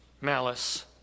malice